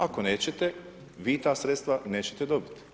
Ako nećete, vi ta sredstva nećete dobiti.